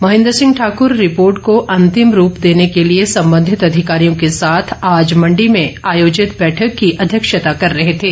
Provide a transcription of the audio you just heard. Mahendra Singh Thakur report को अंतिम रूप देने के लिए संबंधित अधिकारियों के साथ आज मंडी में आयोजित बैठक की अध्यक्षता कर रहे थे